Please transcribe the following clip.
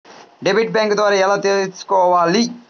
Debit bank ద్వారా ఎలా తీసుకోవాలి?